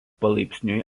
palaipsniui